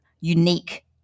unique